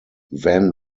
van